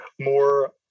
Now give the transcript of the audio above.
More